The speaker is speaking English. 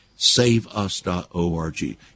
Saveus.org